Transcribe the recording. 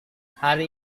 hari